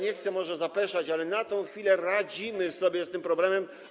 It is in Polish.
Nie chcę zapeszać, ale na tę chwilę radzimy sobie z tym problemem.